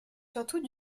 surtout